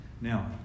Now